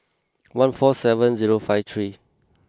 one four seven zero five three